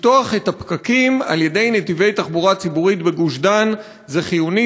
לפתוח את הפקקים על-ידי נתיבי תחבורה ציבורית בגוש-דן זה חיוני,